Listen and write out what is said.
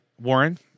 Warren